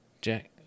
Jack